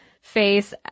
face